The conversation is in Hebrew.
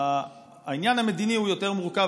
העניין המדיני הוא יותר מורכב,